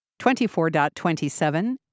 24.27